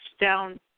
down